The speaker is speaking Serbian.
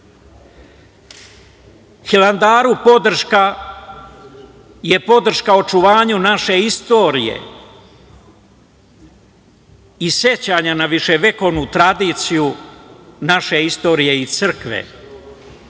desilo. Hilandaru podrška je podrška očuvanju naše istorije i sećanja na viševekovnu tradiciju naše istorije i crkve,